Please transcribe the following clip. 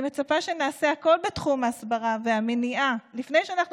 אני מצפה שנעשה הכול בתחום ההסברה והמניעה לפני שאנחנו